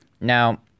Now